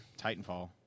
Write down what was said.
Titanfall